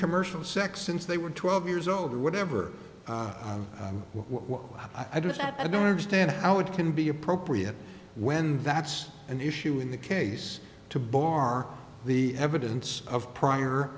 commercial sex since they were twelve years old or whatever what i do is that i don't understand how it can be appropriate when that's an issue in the case to bar the evidence of prior